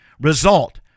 result